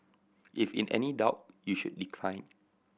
if in any doubt you should decline